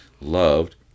loved